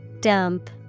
Dump